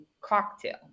cocktail